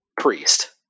priest